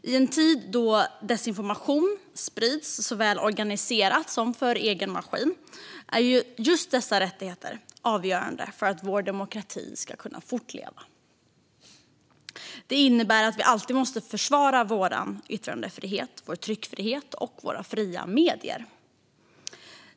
I en tid då desinformation sprids såväl organiserat som för egen maskin är just dessa rättigheter avgörande för att vår demokrati ska kunna fortleva. Det innebär att vi alltid måste försvara vår yttrandefrihet, vår tryckfrihet och våra fria medier.